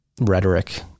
rhetoric